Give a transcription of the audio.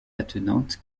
attenante